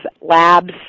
labs